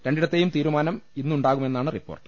രണ്ടിടത്തെയും തീരുമാനം ഇന്നു ണ്ടാകുമെന്നാണ് റിപ്പോർട്ട്